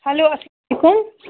hello اَسلا کُم